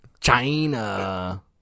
China